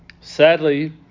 Sadly